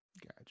Gotcha